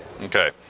Okay